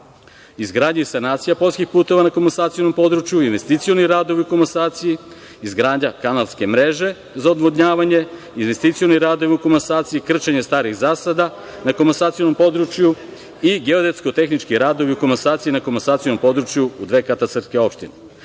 izgradnja i sanacija poljskih puteva na komasacionom području, investicioni radovi na komasaciji, izgradnja kanalske mreže za odvodnjavanje, investicioni radovi u komasaciji, krčenje starih zasada na komasacionom području i geodetsko-tehnički radovi u komasaciji na komasacionom području u dve katastarske opštine. Takođe,